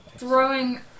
Throwing